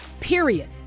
period